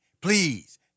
Please